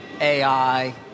AI